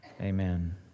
amen